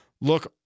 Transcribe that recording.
Look